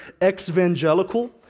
exvangelical